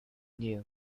new